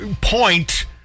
point